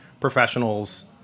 professionals